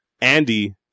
Andy